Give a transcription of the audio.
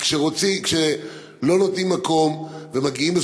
כשלא נותנים מקום ומגיעים,